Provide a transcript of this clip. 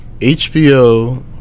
HBO